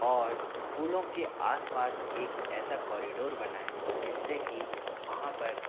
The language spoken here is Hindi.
और फूलों के आसपास एक ऐसा कॉरिडोर बनाएँ जिससे कि वहाँ पर